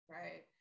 right